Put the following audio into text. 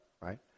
right